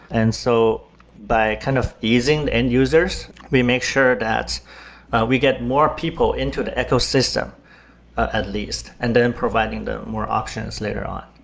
and so by kind of easing the end users, we make sure that we get more people into the ecosystem at least and then providing them more options later on.